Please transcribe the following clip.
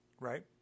Right